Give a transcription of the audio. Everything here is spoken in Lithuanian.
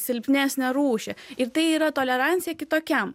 silpnesnę rūšį ir tai yra tolerancija kitokiam